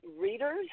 readers